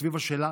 סביב השאלה